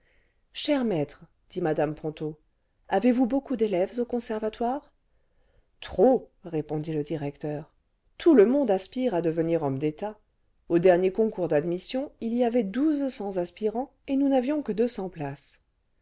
cher maître dit mme ponto avez-vous beaucoup d'élèves au conservatoire trop répondit le directeur tout le monde aspire à devenir homme d'état au dernier concours d'admission il y avait douze cents aspirants et nous n'avions que deux cents places